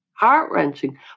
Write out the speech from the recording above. heart-wrenching